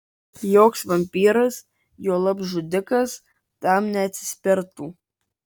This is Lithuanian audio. joks vampyras juolab žudikas tam neatsispirtų